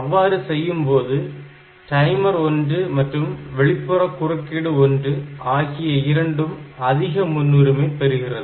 அவ்வாறு செய்யும்போது டைமர் 1 மற்றும் வெளிப்புற குறுக்கீடு 1 ஆகிய இரண்டும் அதிக முன்னுரிமை பெறுகிறது